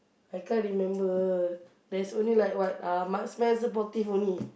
I can't remember there's only like what uh marksmen supportive only